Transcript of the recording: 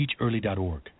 teachearly.org